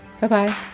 Bye-bye